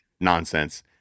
nonsense